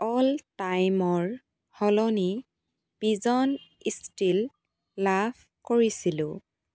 all টাইমৰ সলনি pigeon ষ্টীল লাভ কৰিছিলোঁ